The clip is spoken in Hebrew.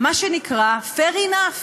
מה שנקרא, fair enough.